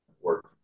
work